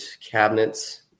cabinets